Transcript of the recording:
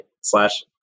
slash